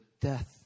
death